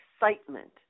excitement